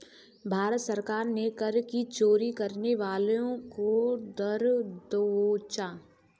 भारत सरकार ने कर की चोरी करने वालों को धर दबोचा